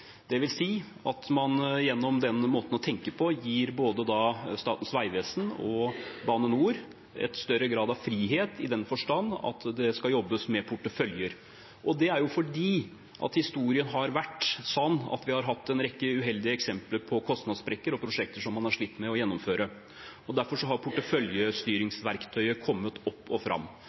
at man gjennom den måten å tenke på gir både Statens vegvesen og Bane NOR en større grad av frihet, i den forstand at det skal jobbes med porteføljer. Det er fordi historien har vært slik at vi har hatt en rekke uheldige eksempler på kostnadssprekker og prosjekter som man har slitt med å gjennomføre. Derfor har porteføljestyringsverktøyet kommet opp og fram.